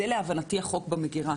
זה החוק במגירה,